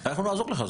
אנחנו נעזור לך.